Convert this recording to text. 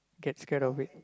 get scared of it